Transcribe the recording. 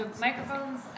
microphones